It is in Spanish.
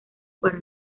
para